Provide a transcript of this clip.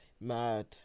Mad